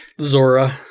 Zora